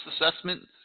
assessment